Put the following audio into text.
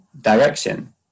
direction